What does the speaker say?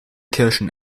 kirschen